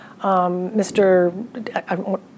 Mr